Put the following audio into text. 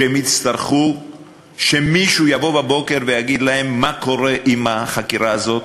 שהם יצטרכו שמישהו יבוא בבוקר ויגיד להם: מה קורה עם החקירה הזאת,